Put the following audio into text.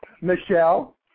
Michelle